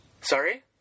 Sorry